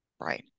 Right